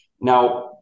Now